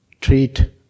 treat